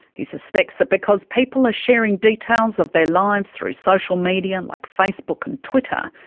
he suspects that because people are sharing details of their lives through social media and like facebook and twitter,